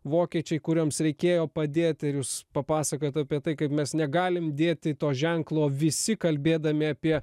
vokiečiai kurioms reikėjo padėt ir jūs papasakojot apie tai kaip mes negalim dėti to ženklo visi kalbėdami apie